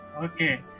Okay